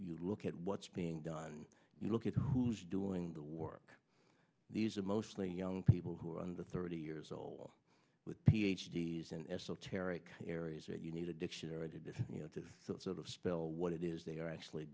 you look at what's being done you look at who's doing the work these are mostly young people who are under thirty years old with ph d s in esoteric areas that you need a dictionary i did you know to sort of spell what it is they are actually